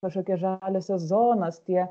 kažkokie žaliosios zonos tie